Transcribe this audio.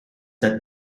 that